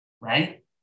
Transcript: right